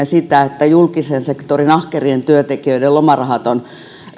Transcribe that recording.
sitä että julkisen sektorin ahkerien työntekijöiden lomarahat on